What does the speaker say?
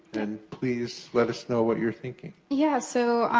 and please let us know what you're thinking. yeah, so,